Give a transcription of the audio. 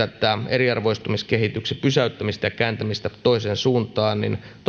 eriarvoistumiskehityksen pysäyttämiseen ja kääntämiseen toiseen suuntaan liittyen